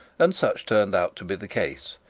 and such turned out to be the case.